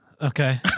Okay